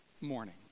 morning